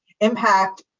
impact